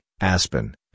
Aspen